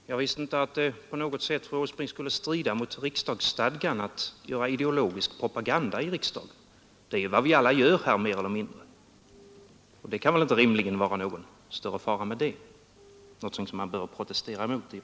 Herr talman! Jag visste inte att det på något sätt skulle strida mot riksdagsstadgan att göra ideologisk propaganda i riksdagen, fru Åsbrink. Det är vad vi alla mer eller mindre gör här. Det kan väl inte rimligen utgöra någon större fara, så att man i och för sig skall behöva protestera.